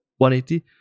180